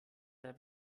der